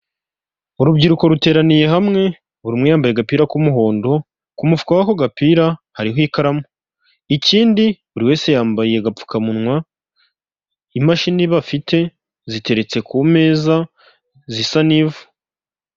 Urubyiruko ruteraniye hamwe, buri umwe yambaye agapira k'umuhondo, ku mufuka w'ako gapira hariho ikaramu ikindi buri wese yambaye agapfukamunwa, imashini bafite ziteretse ku meza, zisa n'ivu.